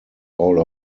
all